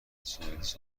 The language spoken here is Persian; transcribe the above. صحبت